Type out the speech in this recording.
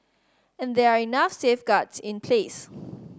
and there are enough safeguards in place